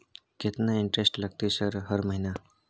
केतना इंटेरेस्ट लगतै सर हर महीना?